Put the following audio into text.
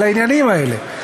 על העניינים האלה.